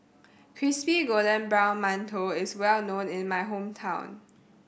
crispy golden brown mantou is well known in my hometown